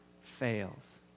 fails